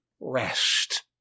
rest